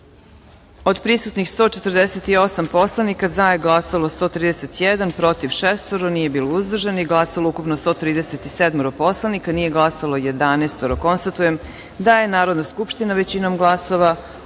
od prisutnih 148 narodnih poslanika, za je glasalo - 131, protiv – šestoro, nije bilo uzdržanih, glasalo ukupno 137 poslanika, nije glasalo 11.Konstatujem da je Narodna skupština većinom glasova usvojila